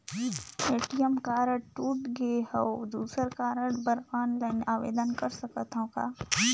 ATM card टूट गे हववं दुसर कारड बर ऑनलाइन आवेदन कर सकथव का?